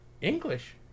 English